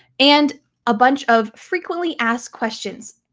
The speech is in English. and a bunch of frequently asked questions.